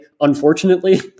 unfortunately